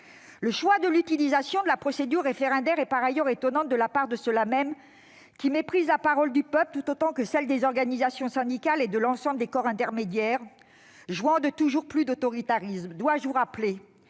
Le choix de l'utilisation de la procédure référendaire est étonnant de la part de ceux-là mêmes qui méprisent la parole du peuple, tout autant que celle des organisations syndicales et de l'ensemble des corps intermédiaires, jouant de toujours plus d'autoritarisme. Dois-je vous rappeler